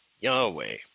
Yahweh